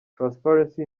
transparency